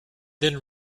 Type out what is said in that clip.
then